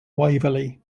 waverley